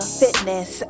fitness